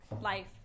Life